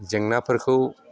जेंनाफोरखौ